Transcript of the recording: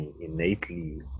innately